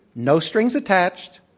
no strings attached.